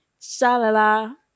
Shalala